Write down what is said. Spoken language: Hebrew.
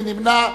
מי נמנע?